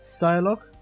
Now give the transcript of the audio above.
dialogue